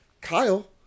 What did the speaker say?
Kyle